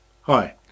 Hi